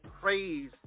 Praise